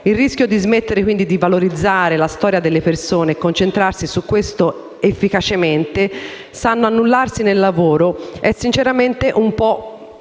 Il rischio di smettere di valorizzare la storia delle persone e di concentrarsi su quanto esse efficacemente sanno annullarsi nel lavoro è, sinceramente, un po' pauroso.